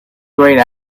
grayed